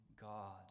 God